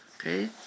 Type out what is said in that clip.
Okay